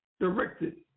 directed